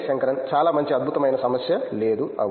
శంకరన్ చాలా మంచి అద్భుతమైన సమస్య లేదు అవును